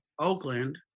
Oakland